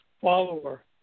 follower